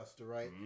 right